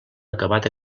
acabat